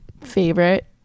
favorite